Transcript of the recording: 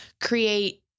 create